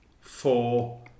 four